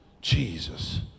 Jesus